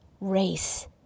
race